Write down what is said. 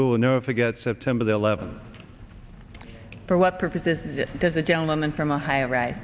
we will never forget september the eleven for what purposes just as a gentleman from ohio right